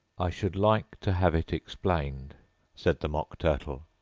i should like to have it explained said the mock turtle.